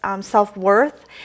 self-worth